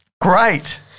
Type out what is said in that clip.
Great